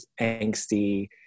angsty